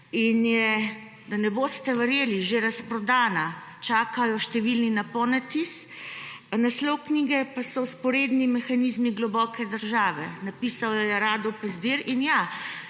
in je, ne boste verjeli, že razprodana. Čakajo številni na ponatis. Naslov knjige je Vzporedni mehanizmi globoke države, napisal jo je Rado Pezdir. In ja,